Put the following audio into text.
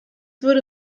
würde